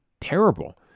terrible